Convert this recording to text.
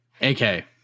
AK